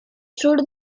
sur